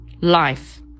life